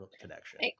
connection